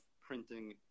printing